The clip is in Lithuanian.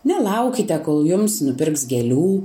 nelaukite kol jums nupirks gėlių